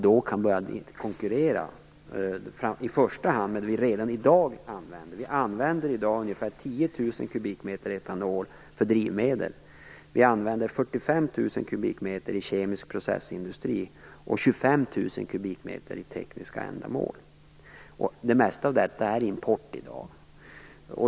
Då kan vi börja konkurrera i första hand med det vi redan i dag använder. I dag använder vi ungefär 10 000 m3 etanol till drivmedel. Vi använder 45 000 m3 i kemisk processindustri och 25 000 m3 till tekniska ändamål. Det mesta av detta är import i dag.